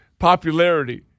Popularity